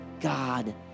God